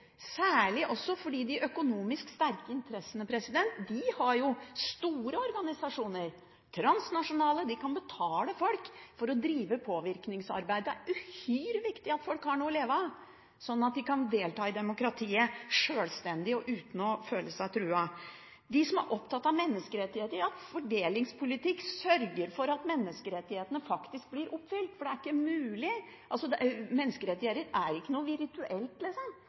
særlig fordi de økonomisk sterke interessene har store organisasjoner – transnasjonale – og de kan betale folk for å drive med påvirkningsarbeid. Det er uhyre viktig at folk har noe å leve av, sånn at de kan delta i demokratiet – sjølstendig og uten å føle seg truet. Til de som er opptatt av menneskerettigheter: Fordelingspolitikk sørger for at menneskerettighetene faktisk blir oppfylt, for menneskerettigheter er ikke noe